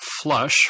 flush